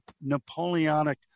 Napoleonic